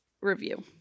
review